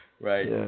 Right